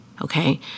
okay